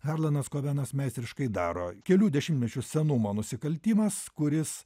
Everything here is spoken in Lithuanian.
harlanas kobenas meistriškai daro kelių dešimtmečių senumo nusikaltimas kuris